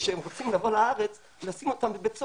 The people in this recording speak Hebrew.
שהם רוצים לבוא לארץ ולשים אותם בבית סוהר.